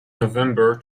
november